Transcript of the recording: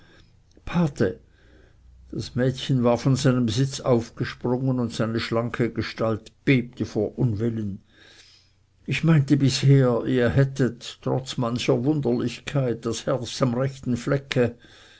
pate das mädchen war von seinem sitze aufgesprungen und seine schlanke gestalt bebte vor unwillen ich meinte bisher ihr hättet trotz mancher wunderlichkeit das herz am rechten flecke